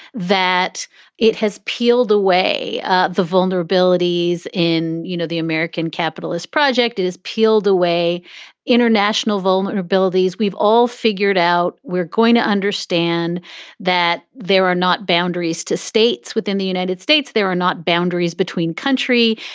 that it has peeled away ah the vulnerabilities in you know the american capitalist project. it is peeled away international vulnerabilities. we've all figured out we're going to understand that there are not boundaries to states within the united states. there are not boundaries between country.